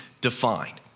defined